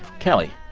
kelly,